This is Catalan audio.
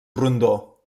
rondó